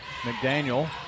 McDaniel